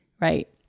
right